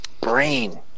Brain